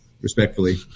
Respectfully